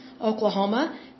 Oklahoma